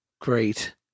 Great